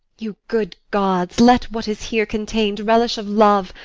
you good gods, let what is here contain'd relish of love,